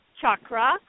Chakra